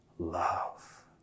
Love